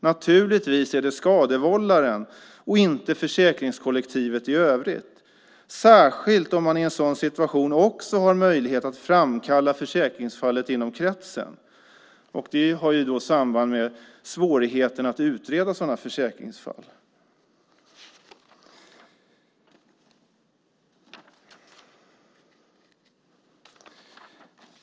Naturligtvis är det skadevållaren och inte försäkringskollektivet i övrigt, särskilt om man i en sådan situation också har möjlighet att framkalla försäkringsfallet inom kretsen. Detta hänger samman med svårigheten att utreda sådana försäkringsfall.